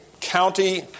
county